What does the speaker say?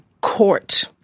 court